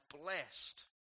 blessed